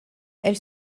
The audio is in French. elle